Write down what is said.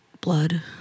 blood